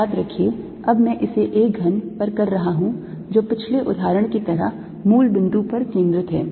याद रखिए अब मैं इसे a घन पर कर रहा हूं जो पिछले उदाहरण की तरह मूल बिंदु पर केंद्रित है